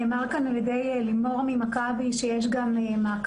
נאמר כאן על ידי לימור ממכבי שיש גם מעקבים.